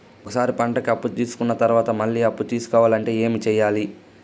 ఒక సారి పంటకి అప్పు తీసుకున్న తర్వాత మళ్ళీ అప్పు తీసుకోవాలంటే ఏమి చేయాలి?